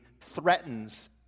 threatens